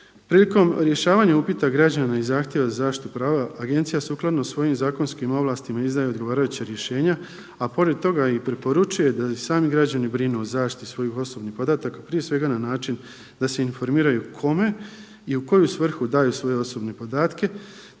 Prilikom rješavanja upita građana i zahtjeva za zaštitu prava Agencija sukladno svojim zakonskim ovlastima izdaje odgovarajuća rješenja, a pored toga i preporučuje da i sami građani brinu o zaštiti svojih osobnih podataka, prije svega na način da se informiraju kome i u koju svrhu daju svoje osobne podatke,